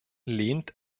lehnt